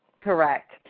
Correct